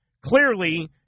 Clearly